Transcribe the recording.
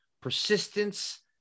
persistence